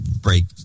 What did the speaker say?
break